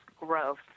growth